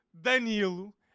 Danilo